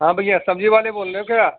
ہاں بھیا سبزی والے بول رہے ہو کیا